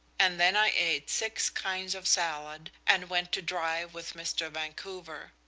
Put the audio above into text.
and then i ate six kinds of salad, and went to drive with mr. vancouver.